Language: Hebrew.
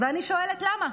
ואני שואלת, למה?